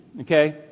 okay